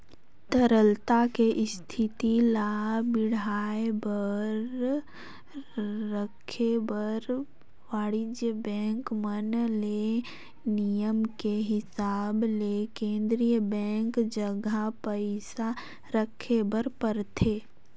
तरलता के इस्थिति ल बड़िहा बनाये बर राखे बर वाणिज्य बेंक मन ले नियम के हिसाब ले केन्द्रीय बेंक जघा पइसा राखे बर परथे